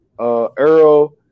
Earl